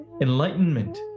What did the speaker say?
Enlightenment